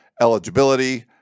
eligibility